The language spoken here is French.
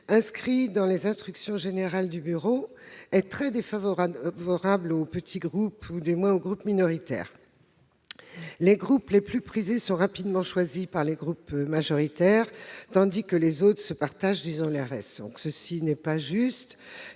inscrite dans les instructions générales du bureau -est très défavorable aux petits groupes ou, du moins, aux groupes minoritaires. Les groupes les plus « prisés » sont rapidement choisis par les groupes majoritaires, tandis que les autres se partagent les restes. Cela n'est pas juste,